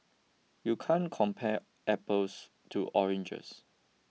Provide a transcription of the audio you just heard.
you can't compare apples to oranges